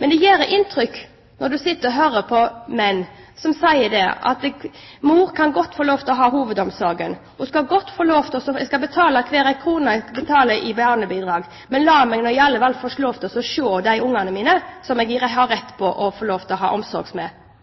Men det gjør inntrykk når man sitter og hører på menn som sier at mor kan godt få lov til å ha hovedomsorgen, jeg skal betale hver krone jeg skal i barnebidrag, men la meg få lov til å se barna mine, som jeg har rett til å ha omsorg for. Når det ikke får konsekvenser når mor saboterer dette, nytter det ikke å ha